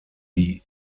die